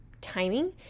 timing